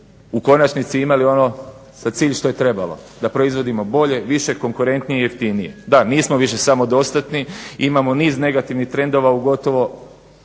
U konačnici imali ono za cilj što je trebalo da proizvodimo bolje, više, konkurentnije i jeftinije. Da, nismo više samo dostatni, imao niz negativnih trendova u gotovo